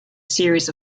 series